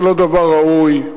זה לא דבר ראוי.